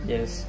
Yes